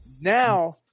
Now